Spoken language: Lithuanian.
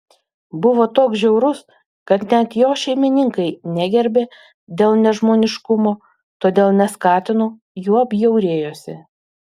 buvo toks žiaurus kad net jo šeimininkai negerbė dėl nežmoniškumo todėl neskatino juo bjaurėjosi